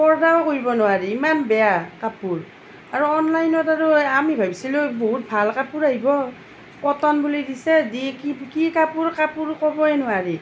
পৰ্দাও কৰিব নোৱাৰি ইমান বেয়া কাপোৰ আৰু অনলাইনত আৰু আমি ভাবিছিলোঁ বহুত ভাল কাপোৰ আহিব কটন বুলি দিছে দি কি কাপোৰ কাপোৰ ক'বই নোৱাৰি